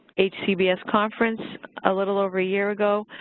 hcbs conference a little over a year ago,